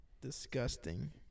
Disgusting